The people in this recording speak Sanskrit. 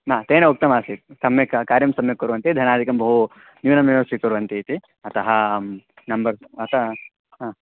न तेन उक्तमासीत् सम्यक् कार्यं सम्यक् कुर्वन्ति धनादिकं बहु न्यूनमेव स्वीकुर्वन्ति इति अतः अहं नम्बर् अतः हा